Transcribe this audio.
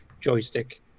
joystick